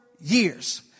years